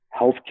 healthcare